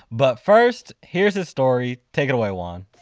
but first, here's his story. take it away, juan